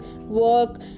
work